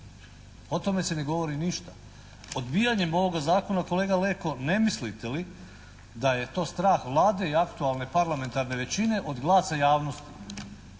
O tome se ne govori ništa. Odbijanjem ovoga zakona, kolega Leko, ne mislite li da je to strah Vlade i aktualne parlamentarne većine od glasa javnosti?